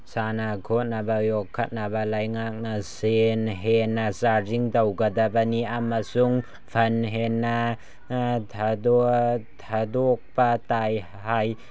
ꯁꯥꯟꯅ ꯈꯣꯠꯅꯕ ꯌꯣꯛꯈꯠꯅꯕ ꯂꯩꯉꯥꯛꯅ ꯁꯦꯟ ꯍꯦꯟꯅ ꯆꯥꯗꯤꯡ ꯇꯧꯒꯗꯕꯅꯤ ꯑꯃꯁꯨꯡ ꯐꯟ ꯍꯦꯟꯅ ꯊꯥꯗꯣꯛꯄ ꯇꯥꯏ ꯍꯥꯏ